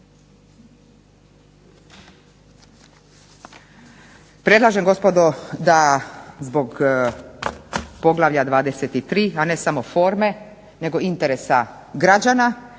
Predlažem gospodo da zbog poglavlja 23., a ne samo forme nego i interesa građana